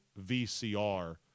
VCR